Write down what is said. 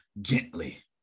gently